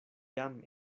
jam